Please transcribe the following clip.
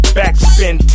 backspin